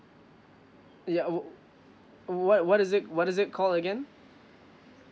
ya oh wh~ what what is it what is it called again